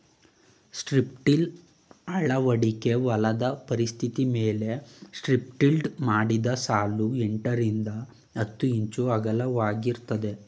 strip till ಅಳವಡಿಕೆ ಹೊಲದ ಪರಿಸ್ಥಿತಿಮೇಲೆ ಸ್ಟ್ರಿಪ್ಟಿಲ್ಡ್ ಮಾಡಿದ ಸಾಲು ಎಂಟರಿಂದ ಹತ್ತು ಇಂಚು ಅಗಲವಾಗಿರ್ತದೆ